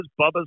Bubba's